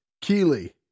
Keely